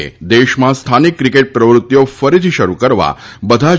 એ દેશમાં સ્થાનિક ક્રિકેટ પ્રવૃત્તિઓ ફરીથી શરૂ કરવા બધા જ